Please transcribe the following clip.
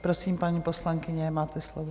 Prosím, paní poslankyně, máte slovo.